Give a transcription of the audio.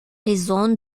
raison